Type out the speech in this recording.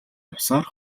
явсаар